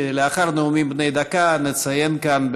שלאחר נאומים בני דקה נציין כאן,